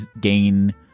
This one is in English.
gain